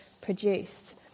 produced